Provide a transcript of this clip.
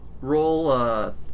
Roll